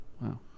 Wow